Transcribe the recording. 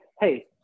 hey